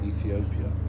Ethiopia